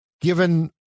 given